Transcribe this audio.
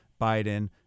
Biden